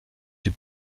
die